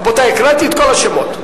רבותי, הקראתי את כל השמות.